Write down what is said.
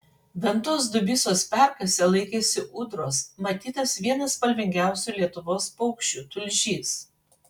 ventos dubysos perkase laikėsi ūdros matytas vienas spalvingiausių lietuvos paukščių tulžys